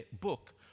book